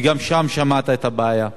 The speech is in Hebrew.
וגם שם שמעת את הבעיה.